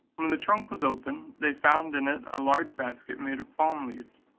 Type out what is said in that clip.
when the trunk was opened, they found in it a large basket made of palm-leaves,